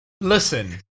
Listen